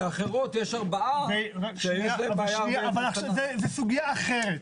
שלאחרות יש 4 שקלים --- זאת סוגיה אחרת.